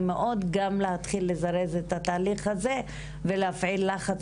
מאוד גם להתחיל לזרז את התהליך הזה ולהפעיל לחץ,